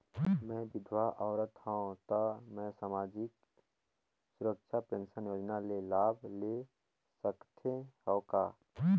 मैं विधवा औरत हवं त मै समाजिक सुरक्षा पेंशन योजना ले लाभ ले सकथे हव का?